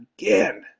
Again